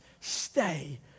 stay